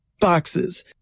boxes